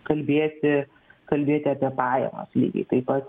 kalbėti kalbėti apie pajamas lygiai taip pat